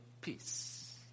peace